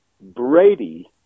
Brady